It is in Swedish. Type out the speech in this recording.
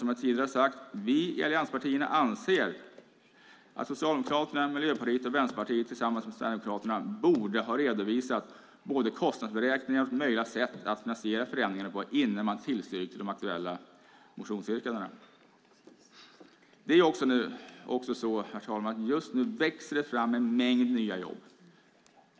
Som jag tidigare har sagt anser vi i allianspartierna att Socialdemokraterna, Miljöpartiet och Vänsterpartiet tillsammans med Sverigedemokraterna borde ha redovisat både kostnadsberäkningar och möjliga sätt att finansiera förändringarna innan man tillstyrkte de aktuella motionsyrkandena. Herr talman! Just nu växer det fram en mängd nya jobb.